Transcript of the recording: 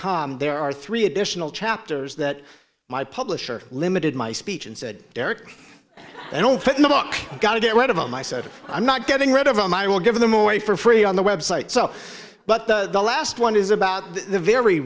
com there are three additional chapters that my publisher limited my speech and said derek i don't put in the book i got to get rid of them i said i'm not getting rid of them i will give them away for free on the web site so but the last one is about the very